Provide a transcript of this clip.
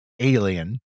alien